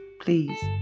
please